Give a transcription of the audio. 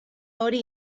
hori